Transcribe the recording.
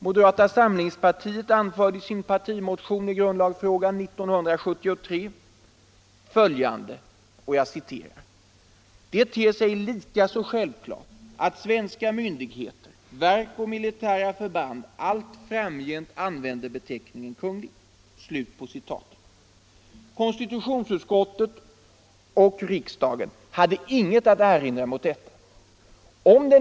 Moderata samlingspartiet anförde i sin partimotion i grundlagsfrågan 1973 följande: ”Det ter sig likaså självklart att svenska myndigheter, verk och militära förband allt framgent använder beteckningen Kunglig.” Konstitutionsutskottet och riksdagen hade ingenting att erinra mot skrivningen i denna del.